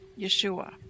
Yeshua